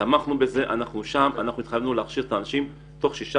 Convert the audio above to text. אנחנו תומכים בזה והתחייבנו להכשיר את האנשים תוך שישה